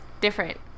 different